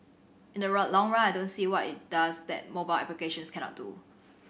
in the run long run I don't see what it does that mobile applications cannot do